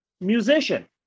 musician